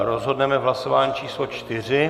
Rozhodneme v hlasování číslo čtyři.